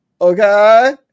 okay